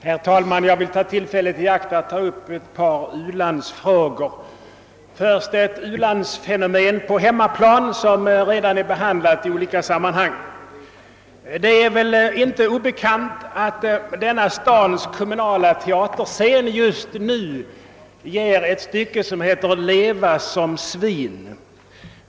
Herr talman! Jag vill ta tillfället i akt att här beröra ett par u-landsfrågor och börjar då med ett u-landsfenomen på hemmaplan. Det torde inte vara obekant att man på denna stads kommunala teaterscen just nu spelar ett stycke som heter »Leva som svin».